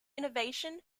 innovation